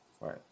Right